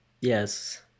Yes